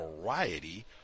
variety